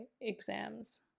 exams